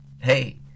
hey